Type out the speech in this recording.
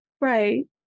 Right